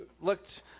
looked